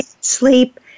sleep